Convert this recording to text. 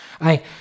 I